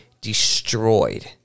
destroyed